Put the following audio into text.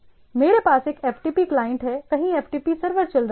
तो मेरे पास एक FTP क्लाइंट है कहीं FTP सर्वर चल रहा है